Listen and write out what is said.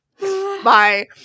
bye